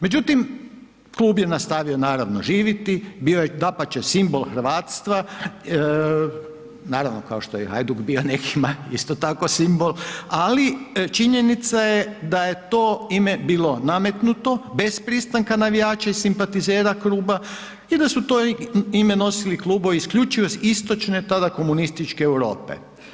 Međutim klub je nastavio naravno živiti, bio je dapače simbol hrvatstva, naravno kao što je i Hajduk bio nekima isto tako simbol ali činjenica je da je to ime bilo nametnuto, bez pristanka navijača i simpatizera kluba i da su to ime nosili klubovi isključivo iz istočne tada komunističke Europe.